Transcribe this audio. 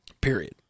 Period